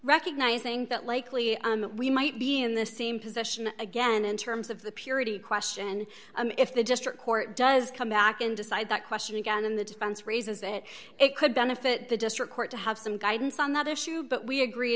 recognizing that likely we might be in the same position again in terms of the purity question if the district court does come back and decide that question again in the defense raises that it could benefit the district court to have some guidance on that issue but we agree